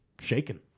shaken